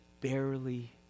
barely